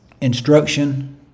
instruction